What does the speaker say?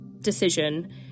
decision